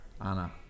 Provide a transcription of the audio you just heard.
Anna